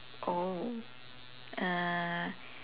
oh uh